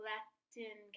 Latin